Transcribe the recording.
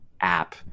app